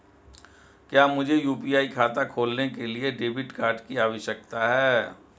क्या मुझे यू.पी.आई खाता खोलने के लिए डेबिट कार्ड की आवश्यकता है?